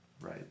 Right